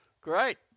great